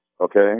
Okay